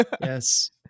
Yes